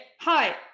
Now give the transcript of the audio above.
Hi